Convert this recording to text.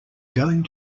going